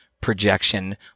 projection